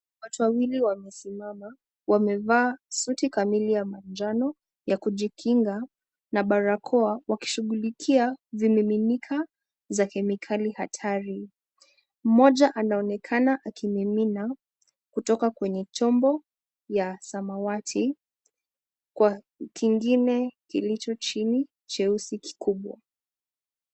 Watu wawili wamesimama wamevaa suti kamili ya manjano ya kujikinga na barakoa wakishughulikia vimiminika vya kemikali hatari. Mmoja anaonekana akimimina kutoka kwenye chombo ya samawati kwa kingine kilicho chini cheusi kikubwa.